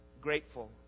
grateful